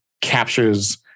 captures